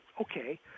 okay